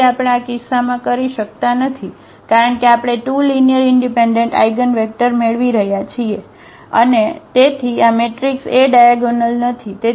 તેથી આપણે આ કિસ્સામાં કરી શકતા નથી કારણ કે આપણે 2 લીનીઅરઇનડિપેન્ડન્ટ આઇગનવેક્ટર મેળવી રહ્યા છીએ અને તેથી આ મેટ્રિક્સ A ડાયાગોનલ નથી